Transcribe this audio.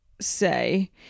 say